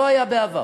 לא היה בעבר.